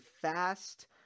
fast